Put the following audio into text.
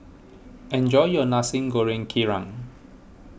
enjoy your Nasi Goreng Kerang